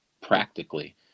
practically